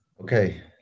Okay